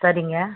சரிங்க